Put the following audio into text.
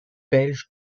belges